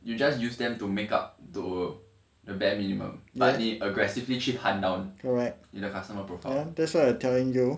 you just use them to make up to the bare minimum but 你 aggressively 去 hunt down 你的 customer profile